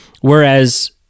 Whereas